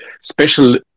special